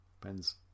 depends